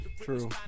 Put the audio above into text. true